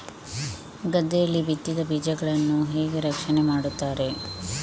ಗದ್ದೆಯಲ್ಲಿ ಬಿತ್ತಿದ ಬೀಜಗಳನ್ನು ಹೇಗೆ ರಕ್ಷಣೆ ಮಾಡುತ್ತಾರೆ?